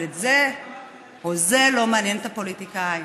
אבל זה לא מעניין את הפוליטיקאים.